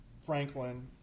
Franklin